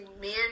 men